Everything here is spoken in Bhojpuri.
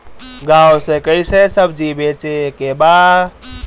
गांव से कैसे सब्जी बेचे के बा?